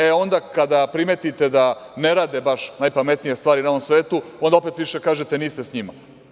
E, onda kada primetite da ne rade baš najpametnije stvari na ovom svetu, onda opet više kažete niste sa njima.